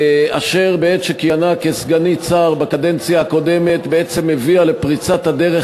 אשר בעת שכיהנה כסגנית שר בקדנציה הקודמת בעצם הביאה לפריצת הדרך